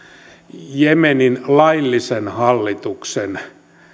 jemenin laillisen hallituksen